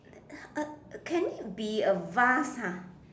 uh can it be a vase ah